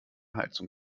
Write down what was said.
heizung